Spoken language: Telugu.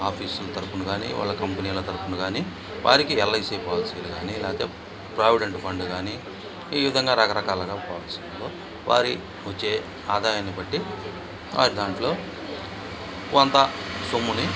ఆఫీసుల తరఫున కానీ వాళ్ళ కంపెనీల తరఫున కానీ వారికి ఎల్ఐసీ పాలసీలు కానీ లేకపోతే ప్రావిడెంట్ ఫండ్ కానీ ఈ విధంగా రకరకాలుగా పాలసీలలో వారి వచ్చే ఆదాయన్ని బట్టి దాంట్లో కొంత సొమ్ముని